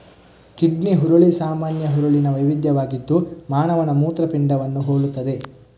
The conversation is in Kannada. ಕಿಡ್ನಿ ಹುರುಳಿ ಸಾಮಾನ್ಯ ಹುರುಳಿನ ವೈವಿಧ್ಯವಾಗಿದ್ದು ಮಾನವನ ಮೂತ್ರಪಿಂಡವನ್ನು ಹೋಲುತ್ತದೆ